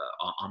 on